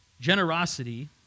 generosity